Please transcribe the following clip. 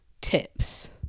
tips